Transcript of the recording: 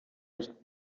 licht